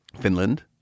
Finland